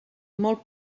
molt